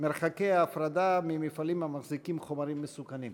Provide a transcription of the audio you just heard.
מרחקי ההפרדה ממפעלים המחזיקים חומרים מסוכנים.